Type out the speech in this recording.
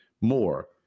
more